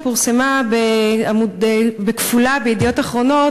שפורסמה בכפולה ב"ידיעות אחרונות",